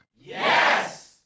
Yes